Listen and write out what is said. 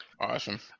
awesome